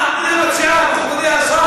מה המדינה מציעה, מכובדי השר?